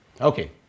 Okay